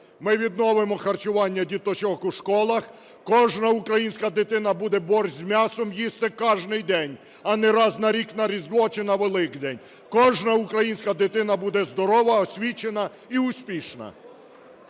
Ми відновимо харчування діточок у школах, кожна українська дитина буде борщ з м'ясом їсти кожен день, а не раз на рік на Різдво чи на Великдень. Кожна українська дитина буде здорова, освічена і успішна.